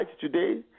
today